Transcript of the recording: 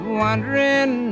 wondering